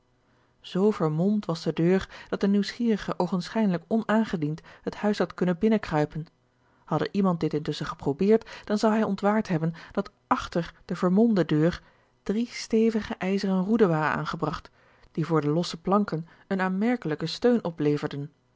zoo vermolmd was de deur dat een nieuwsgierige oogenschijnlijk onaangediend het huis had kunnen binnen kruipen hadde iemand dit intusschen geprobeerd dan zou hij ontwaard hebben dat achter de vermolmde deur drie stevige ijzeren roeden waren aangebragt die voor de losse planken een aanmerkelijken steun opleverden